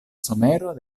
somero